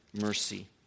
mercy